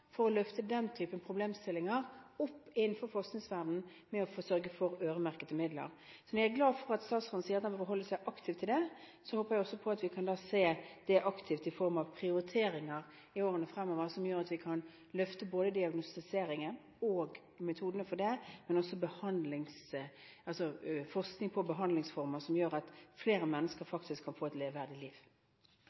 å løfte den typen problemstillinger opp innenfor forskningsverdenen ved å sørge for øremerkede midler. Så når jeg er glad for at statsråden sier at han vil forholde seg aktivt til dette, håper jeg også at vi kan se det aktivt i form av prioriteringer i årene fremover, som gjør at vi kan løfte diagnostiseringen og metodene for det, men også forskning på behandlingsformer, som gjør at flere mennesker faktisk kan få et leveverdig liv.